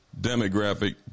demographic